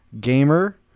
Gamer